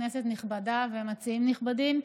כנסת נכבדה ומציעים נכבדים,